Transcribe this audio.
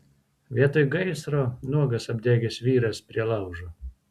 vietoj gaisro nuogas apdegęs vyras prie laužo